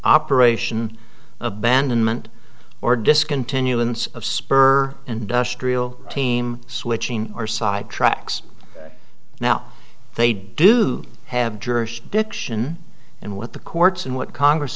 operation abandonment or discontinuance of spur and dust real team switching or side tracks now they do have jurisdiction and what the courts and what congress